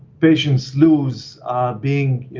patients lose being